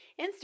Instagram